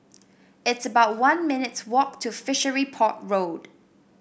it's about one minutes' walk to Fishery Port Road